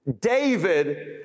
David